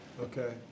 Okay